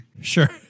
Sure